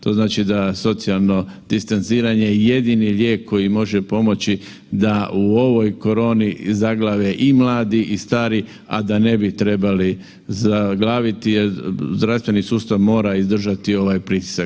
To znači da socijalno distanciranje je jedini lijek koji može pomoći da u ovoj koroni zaglave i mladi i stari, a da ne bi trebali zaglaviti jer zdravstveni sustav mora izdržati ovaj pritisak.